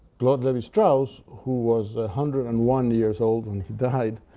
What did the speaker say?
claude levi-strauss, who was a hundred and one years old when he died,